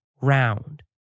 round